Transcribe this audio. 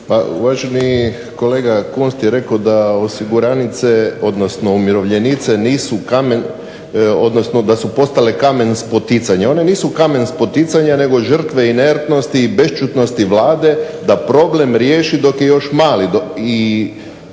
uvaženi kolega Kunst je rekao da umirovljenice da su postale kamen spoticanja. One nisu kamen spoticanja nego žrtve inertnosti i bešćutnosti Vlade da problem riješi dok je još mali